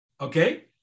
Okay